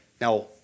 Now